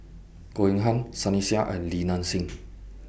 Goh Eng Han Sunny Sia and Li Nanxing